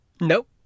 Nope